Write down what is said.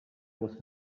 was